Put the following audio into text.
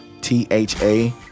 T-H-A